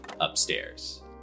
upstairs